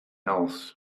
else